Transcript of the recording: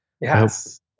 Yes